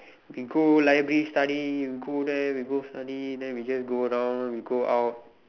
we go library study you go there we go study then we just do down we go out